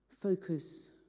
focus